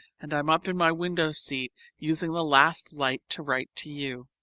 and i am up in my window seat using the last light to write to you.